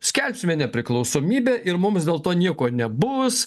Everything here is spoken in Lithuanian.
skelbsime nepriklausomybę ir mums dėl to nieko nebus